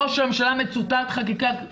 ראש הממשלה מצוטט "חקיקת בזק".